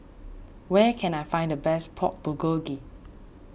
where can I find the best Pork Bulgogi